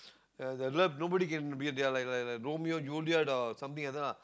uh the love nobody can be they are like Romeo Juliet or something like that lah